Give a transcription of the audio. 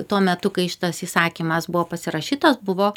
tuo metu kai šitas įsakymas buvo pasirašytas buvo